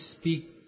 speak